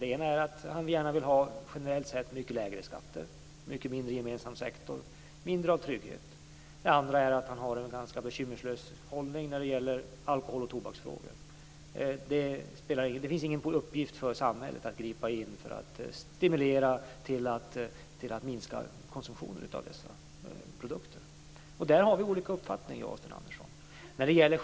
Det ena är att han gärna generellt sett vill ha mycket lägre skatter, en mycket mindre gemensam sektor, mindre av trygghet. Det andra är att han har en ganska bekymmerslös hållning när det gäller alkohol och tobaksfrågor. Det är ingen uppgift för samhället att gripa in för att stimulera till att minska konsumtionen av dessa produkter. Där har vi olika uppfattning, jag och Sten Andersson.